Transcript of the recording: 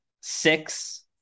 six